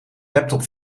laptop